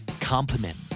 Compliment